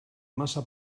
massa